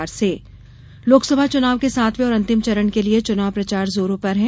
चुनाव प्रचार लोकसभा चुनाव के सातवें और अंतिम चरण के लिये चुनाव प्रचार जोरों पर है